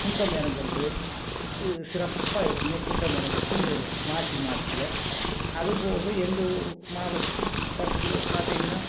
குண்டம் இறங்குறது இது சிறப்பாக இருக்குதுங்க குண்டம் இறங்குறது மாசி மாசத்தில் அதுபோக எங்கள் ஊ மாவட்டத்துக்கு பார்க்கக்குள்ள பார்த்திங்கன்னா